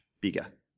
bigger